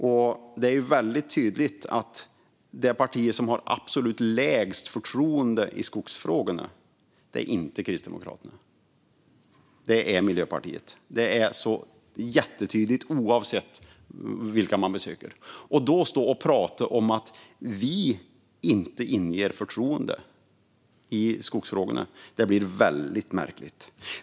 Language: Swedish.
Det är tydligt att det parti som har absolut lägst förtroende i skogsfrågorna inte är Kristdemokraterna. Det är Miljöpartiet. Det är jättetydligt oavsett vilka man besöker. Att då stå och prata om att vi inte inger förtroende i skogsfrågorna blir väldigt märkligt.